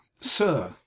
Sir